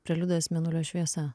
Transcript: preliudas mėnulio šviesa